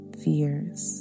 fears